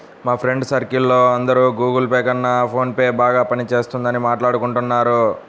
మా friends circle లో అందరూ గుగుల్ పే కన్నా ఫోన్ పేనే బాగా పని చేస్తున్నదని మాట్టాడుకుంటున్నారు